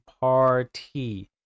party